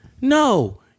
No